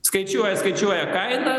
skaičiuoja skaičiuoja kainą